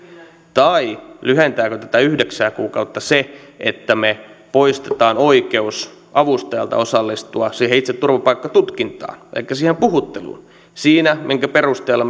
tai lyhentääkö tätä yhdeksää kuukautta se että me poistamme oikeuden avustajalta osallistua siihen itse turvapaikkatutkintaan elikkä siihen puhutteluun minkä perusteella